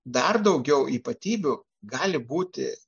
dar daugiau ypatybių gali būti